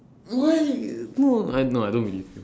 why no I don't believe you